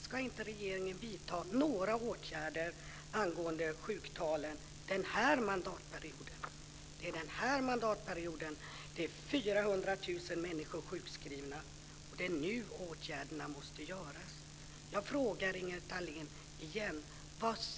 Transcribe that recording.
Ska inte regeringen vidta några åtgärder angående sjuktalen den här mandatperioden? Det är den här mandatperioden som det är 400 000 människor sjukskrivna, och det är nu åtgärderna måste vidtas.